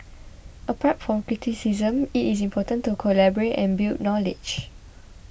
apart from criticism it is important to collaborate and build knowledge